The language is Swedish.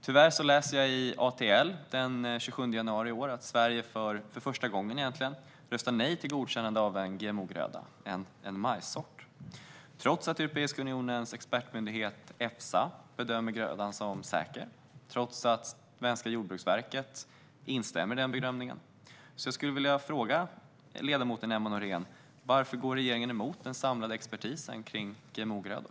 Tyvärr läser jag i ATL från den 27 januari i år att Sverige, egentligen för första gången, röstar nej till godkännande av en GMO-gröda, i det här fallet en majssort, trots att Europeiska unionens expertmyndighet Efsa bedömer grödan som säker och trots att svenska Jordbruksverket instämmer i den bedömningen. Jag skulle vilja fråga ledamoten Emma Nohrén: Varför går regeringen emot den samlade expertisen när det gäller GMO-grödor?